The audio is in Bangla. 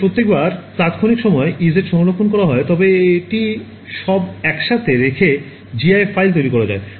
যদি প্রতিবার তাত্ক্ষণিক সময়ে Ez সংরক্ষণ করা হয় তবে এটি সব একসাথে রেখে জিআইএফ ফাইল তৈরি করা যায়